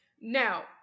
Now